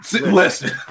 Listen